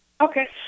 Okay